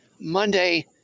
Monday